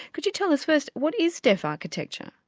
could you tell us first what is deaf architecture?